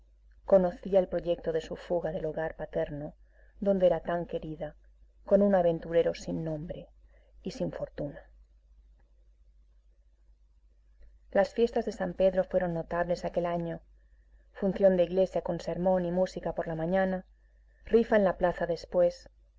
conocía el proyecto de su fuga del hogar paterno donde era tan querida con un aventurero sin nombre y sin fortuna las fiestas de san pedro fueron notables aquel año función de iglesia con sermón y música por la mañana rifa en la plaza después